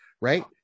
Right